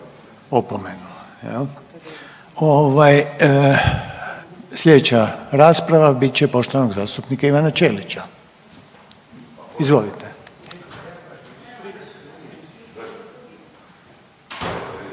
sljedeća rasprava bit će poštovanog zastupnika Ivana Ćelića, izvolite.